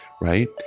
right